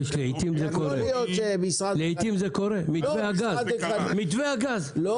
לעיתים זה קורה, כמו